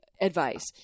advice